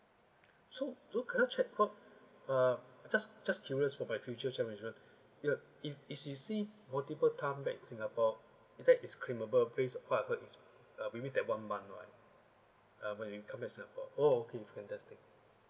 so so can you all check uh just just curious for my future travel insurance if if she see multiple time back singapore that is claimable based what I heard is uh within that one month right uh when you come back singapore oh okay fantastic